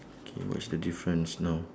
okay what's the difference now